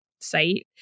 site